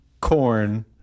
corn